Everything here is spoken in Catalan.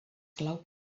clau